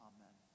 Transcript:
Amen